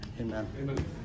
Amen